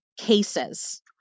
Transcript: cases